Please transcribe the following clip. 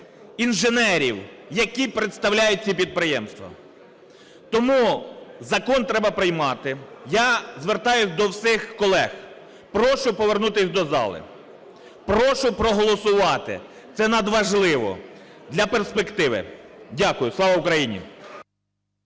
інженерів, які представляють ці підприємства. Тому закон треба приймати. Я звертаюсь до всіх колег: прошу повернутись до зали, прошу проголосувати. Це надважливо для перспективи. Дякую. Слава Україні!